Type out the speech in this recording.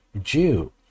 Jew